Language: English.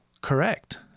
correct